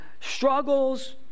struggles